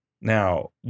Now